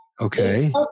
Okay